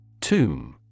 Tomb